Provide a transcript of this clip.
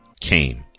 came